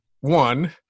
One